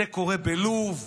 זה קורה בלוב,